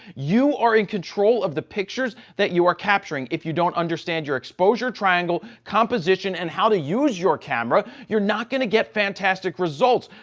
you are in control of the pictures that you are capturing. if you don't understand your exposure triangle, composition, and how to use your camera, you're not going to get fantastic results.